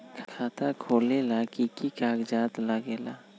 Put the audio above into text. खाता खोलेला कि कि कागज़ात लगेला?